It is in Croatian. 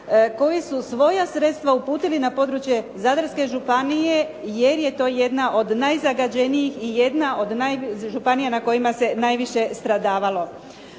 koji su svoja sredstava uputili na područje Zadarske županije, jer je to jedna od najzagađenijih i jedna od županija na kojima se najviše stradavalo.